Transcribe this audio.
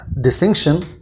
distinction